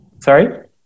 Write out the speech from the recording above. Sorry